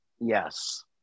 Yes